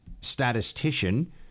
statistician